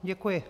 Děkuji.